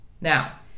Now